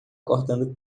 cortando